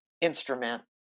instrument